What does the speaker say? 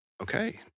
okay